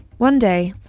one day,